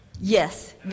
Yes